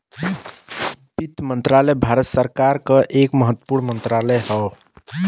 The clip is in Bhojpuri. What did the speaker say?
वित्त मंत्रालय भारत सरकार क एक महत्वपूर्ण मंत्रालय हौ